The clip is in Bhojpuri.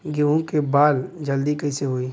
गेहूँ के बाल जल्दी कईसे होई?